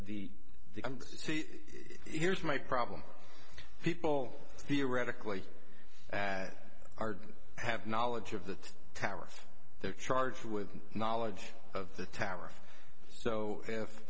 here's my problem people theoretically at our have knowledge of the towers they're charged with knowledge of the tower so if